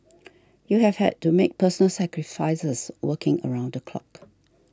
you have had to make personal sacrifices working around the clock